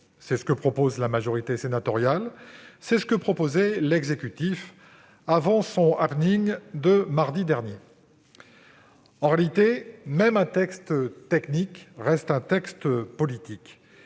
C'est ce que propose la majorité sénatoriale, c'est ce que proposait l'exécutif avant son de mardi dernier. En réalité, même un texte technique reste un texte politique,